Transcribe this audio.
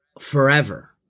forever